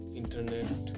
internet